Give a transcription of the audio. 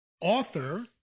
author